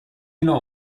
نوع